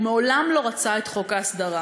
הוא מעולם לא רצה את חוק ההסדרה.